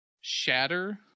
shatter